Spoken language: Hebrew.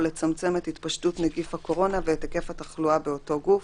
לצמצם את התפשטות נגיף הקורונה ואת היקף התחלואה באותו גוף,